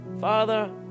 Father